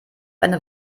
eine